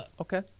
okay